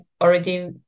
already